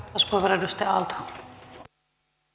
arvoisa rouva puhemies